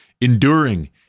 Enduring